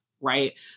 Right